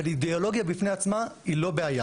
אבל אידיאולוגיה בפני עצמה היא לא בעיה,